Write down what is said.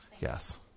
Yes